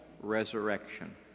resurrection